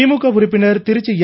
திமுக உறுப்பினர் திருச்சி என்